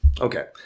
Okay